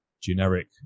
generic